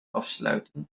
afsluiten